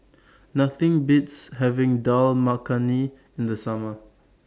Nothing Beats having Dal Makhani in The Summer